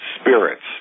Spirits